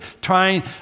trying